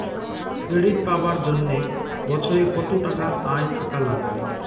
Credit পাবার জন্যে বছরে কত টাকা আয় থাকা লাগবে?